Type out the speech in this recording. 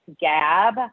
Gab